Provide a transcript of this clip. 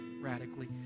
radically